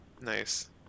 Nice